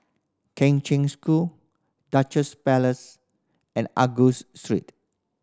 Kheng Cheng School Duchess Palace and Angus Street